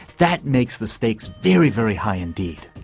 that makes the stakes very, very high indeed.